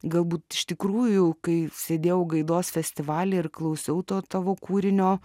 galbūt iš tikrųjų kai sėdėjau gaidos festivaly ir klausiau to tavo kūrinio